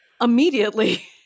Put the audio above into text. immediately